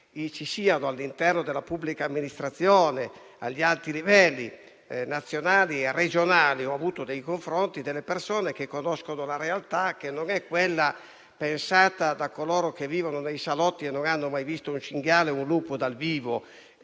che all'interno della pubblica amministrazione, agli alti livelli nazionali e regionali - ho avuto confronti sul tema - ci sono persone che conoscono la realtà, che non è quella pensata da coloro che vivono nei salotti e non hanno mai visto un cinghiale o un lupo dal vivo.